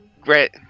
Great